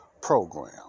program